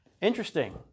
interesting